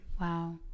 wow